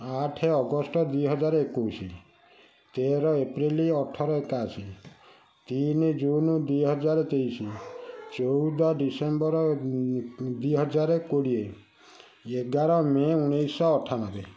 ଆଠେ ଅଗଷ୍ଟ ଦୁଇ ହଜାର ଏକୋଇଶୀ ତେର ଏପ୍ରିଲ ଅଠର ଏକାଅଶୀ ତିନି ଜୁନ ଦୁଇ ହଜାର ତେଇଶି ଚଉଦ ଡିସେମ୍ୱର ଦୁଇ ହଜାର କୋଡ଼ିଏ ଏଗାର ମେ ଉଣେଇଶିଶହ ଅଠାନବେ